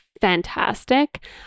fantastic